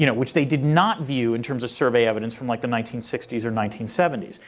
you know which they did not view in terms of survey evidence from like the nineteen sixty s or nineteen seventy s.